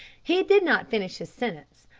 he did not finish his sentence,